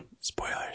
Spoilers